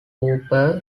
cooper